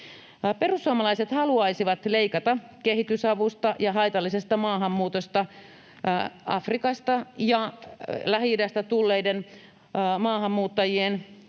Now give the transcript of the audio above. Perussuomalaiset haluaisivat leikata kehitysavusta ja haitallisesta maahanmuutosta. Afrikasta ja Lähi-idästä tulleiden maahanmuuttajien työllisyysluvut